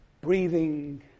breathing